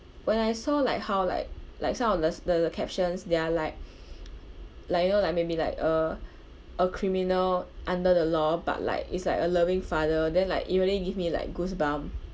when I saw like how like like some of the s~ the the captions they are like like you know like maybe like a a criminal under the law but like it's like a loving father then like it really give me like goosebump